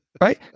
Right